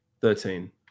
Thirteen